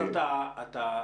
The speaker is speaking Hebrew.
זאת אומרת,